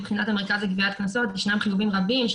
מבחינת המרכז לגביית קנסות ישנם חיובים רבים של